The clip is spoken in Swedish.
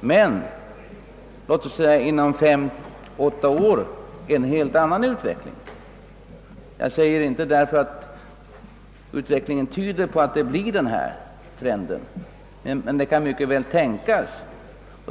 men att utvecklingen inom låt oss säga fem till åtta år blir en helt annan. Jag säger inte att utvecklingen tyder på en sådan trend, men den kan mycket väl tänkas.